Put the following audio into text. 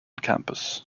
campus